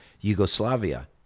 Yugoslavia